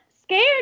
scared